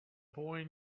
boy